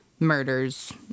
murders